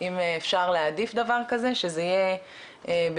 - אם אפשר להעדיף דבר כזה - שזה יהיה בירושלים,